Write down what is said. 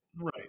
Right